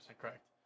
correct